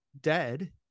dead